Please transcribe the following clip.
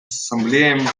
ассамблеей